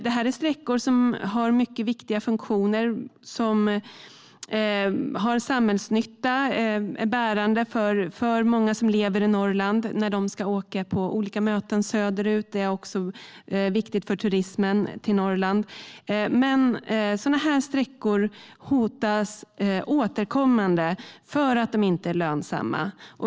Detta är sträckor som har mycket viktiga funktioner. De har en samhällsnytta och är bärande för många som lever i Norrland när de ska åka på olika möten söderut. De är även viktiga för turismen till Norrland. Men sådana här sträckor hotas återkommande eftersom de inte är lönsamma.